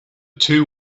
two